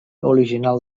original